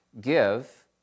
give